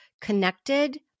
connected